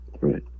right